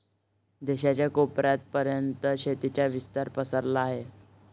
देशाच्या कोपऱ्या पर्यंत शेतीचा विस्तार पसरला आहे